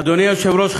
אדוני היושב-ראש,